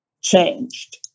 changed